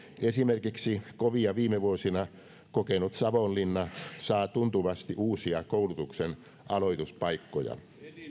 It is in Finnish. esimerkiksi kovia viime vuosina kokenut savonlinna saa tuntuvasti uusia koulutuksen aloituspaikkoja